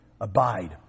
Abide